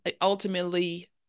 ultimately